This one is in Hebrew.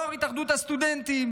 יו"ר התאחדות הסטודנטים,